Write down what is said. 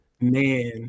Man